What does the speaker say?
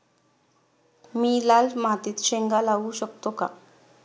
मी लाल मातीत शेंगा लावू शकतो का?